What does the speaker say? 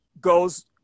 goes